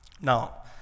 Now